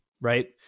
right